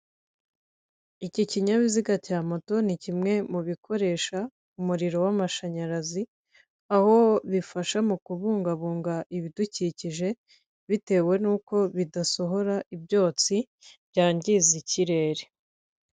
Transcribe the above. Iki kinyabiziga cya moto ni kimwe mu bikoresha umuriro w'amashanyarazi, aho bifasha mu kubungabunga ibidukikije, bitewe n'uko bidasohora ibyotsi byangiza ikirere.